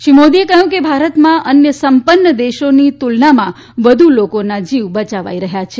શ્રી મોદીએ કહ્યું કે ભારતમાં અન્ય સંપન્ન દેશોની તુલનામાં વધુ લોકોના જીવ બચાવાઈ રહ્યા છે